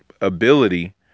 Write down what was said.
ability